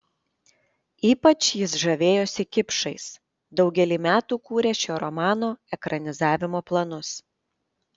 ypač jis žavėjosi kipšais daugelį metų kūrė šio romano ekranizavimo planus